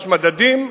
יש מדדים,